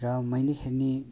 र मैले हेर्ने